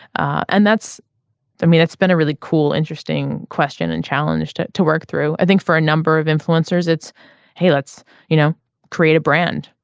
and that's i mean it's been a really cool interesting question and challenged to work through. i think for a number of influencers it's hey let's you know create a brand.